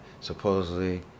supposedly